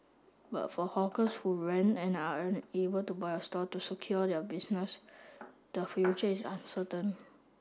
but for hawkers who rent and are unable to buy a stall to secure their business the future is uncertain